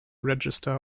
register